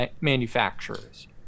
manufacturers